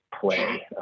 play